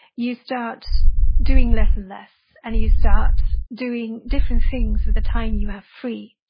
you start doing less and less, and you you start doing different things with the time you have free.